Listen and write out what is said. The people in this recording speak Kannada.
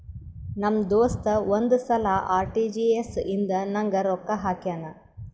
ನಮ್ ದೋಸ್ತ ಒಂದ್ ಸಲಾ ಆರ್.ಟಿ.ಜಿ.ಎಸ್ ಇಂದ ನಂಗ್ ರೊಕ್ಕಾ ಹಾಕ್ಯಾನ್